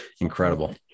incredible